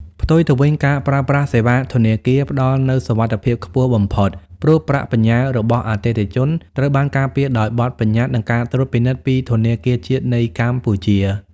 ផ្ទុយទៅវិញ ការប្រើប្រាស់សេវាធនាគារផ្ដល់នូវសុវត្ថិភាពខ្ពស់បំផុត ព្រោះប្រាក់បញ្ញើរបស់អតិថិជនត្រូវបានការពារដោយបទប្បញ្ញត្តិ និងការត្រួតពិនិត្យពីធនាគារជាតិនៃកម្ពុជា។